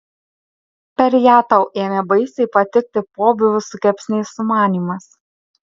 per ją tau ėmė baisiai patikti pobūvių su kepsniais sumanymas